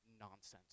nonsense